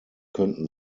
könnten